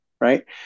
right